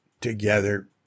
together